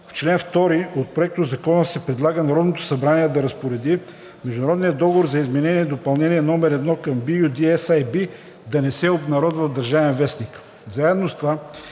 в чл. 2 от Проектозакона се предлага Народното събрание да разпореди международният договор за Изменение и допълнение № 1 към (LOA) BU-D-SAB да не се обнародва в „Държавен вестник“.